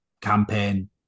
campaign